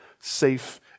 safe